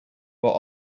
but